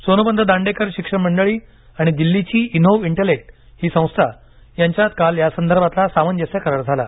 सोनोपंत दांडेकर शिक्षण मंडळी आणि दिल्लीची इनोव्ह इंटलेक्ट ही संस्था यांच्यात काल यासंदर्भातला सामंजस्य करार झाला